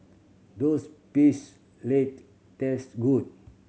does peace led taste good